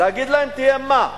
להגיד להם תהיה מה?